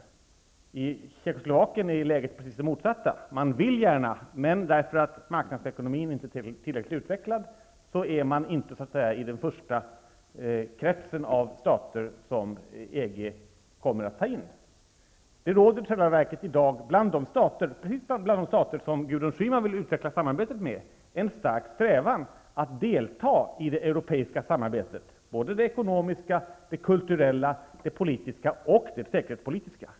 För Tjeckoslovakien är läget det precis motsatta -- man vill gärna bli medlem, men på grund av att marknadsekonomin inte är tillräckligt utvecklad tillhör man inte så att säga den första kretsen av stater som EG kommer att ta in som medlemmar. Det råder i dag just bland de stater som Gudrun Schyman vill utveckla samarbetet med en stark strävan efter att delta i det Europeiska samarbetet -- både det ekonomiska, det kulturella, det politiska och det säkerhetspolitiska.